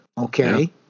Okay